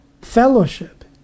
fellowship